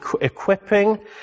equipping